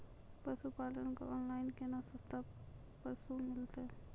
पशुपालक कऽ ऑनलाइन केना सस्ता पसु मिलतै?